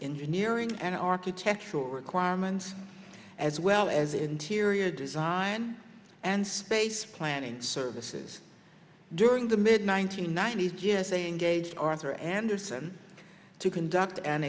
engineering and architectural requirements as well as interior design and space planning services during the mid one nine hundred ninety s g s a engaged arthur andersen to conduct an